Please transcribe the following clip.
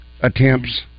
attempts